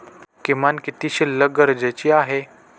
किमान किती शिल्लक गरजेची आहे?